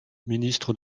ministre